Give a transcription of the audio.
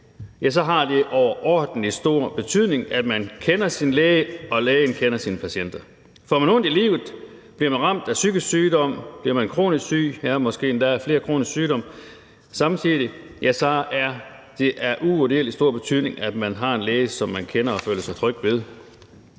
så har det overordentlig stor betydning, at man kender sin læge og lægen kender sine patienter. Får man ondt i livet, bliver man ramt af psykisk sygdom, bliver man kronisk syg – måske endda har flere kroniske sygdomme samtidig – ja, så er det af uvurderlig stor betydning, at man har en læge, som man kender og føler sig tryg ved.